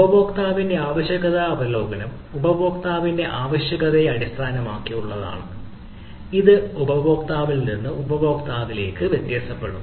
ഉപഭോക്താവിന്റെ ആവശ്യകത അവലോകനം ഉപഭോക്താവിന്റെ ആവശ്യകതയെ അടിസ്ഥാനമാക്കിയുള്ളതാണ് ഇത് ഉപഭോക്താവിൽ നിന്ന് ഉപഭോക്താവിലേക്ക് വ്യത്യാസപ്പെടുന്നു